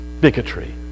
bigotry